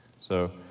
so,